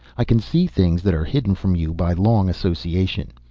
i can see things that are hidden from you by long association.